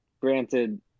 granted